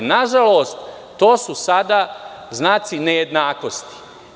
Nažalost, to su sada znaci nejednakosti.